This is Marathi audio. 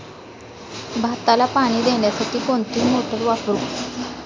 भाताला पाणी देण्यासाठी कोणती मोटार वापरू?